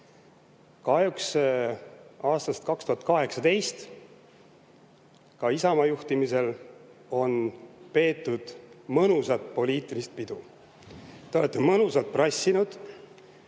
aastast 2018 on ka Isamaa juhtimisel peetud mõnusat poliitilist pidu. Te olete mõnusalt prassinud.